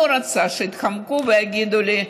ואני לא רוצה שיתחמקו ויגידו לי: